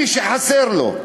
למי שחסר לו.